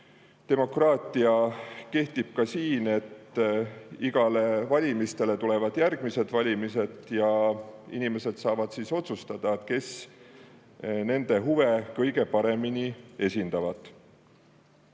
demokraatia kehtib ka siin. Igale valimisele järgnevad uued valimised ja inimesed saavad siis otsustada, kes nende huve kõige paremini esindavad.